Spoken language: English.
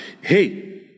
Hey